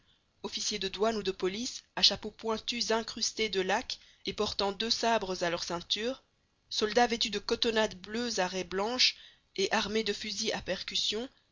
officiers de douane ou de police à chapeaux pointus incrustés de laque et portant deux sabres à leur ceinture soldats vêtus de cotonnades bleues à raies blanches et armés de fusil à percussion